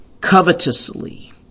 covetously